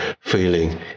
feeling